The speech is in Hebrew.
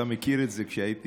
אתה מכיר את זה,